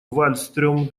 вальстрём